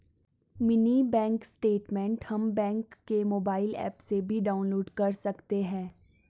mini bank statement हम bank के mobile app से भी डाउनलोड कर सकते है